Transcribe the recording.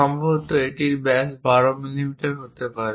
সম্ভবত এটির ব্যাস 12 মিমি হতে পারে